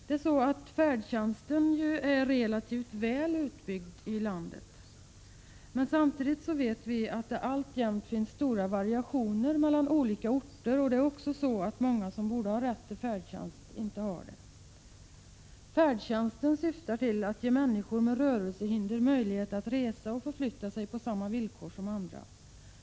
Det framhålls att färdtjänsten är relativt väl utbyggd i landet, men att det alltjämt finns stora variationer mellan olika orter. Det är också så att många som borde ha rätt till färdtjänst inte har det. Färdtjänsten syftar till att ge människor med rörelsehinder möjlighet att resa och förflytta sig på samma villkor som andra.